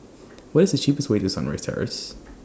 What IS The cheapest Way to Sunrise Terrace